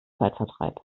zeitvertreib